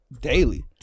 daily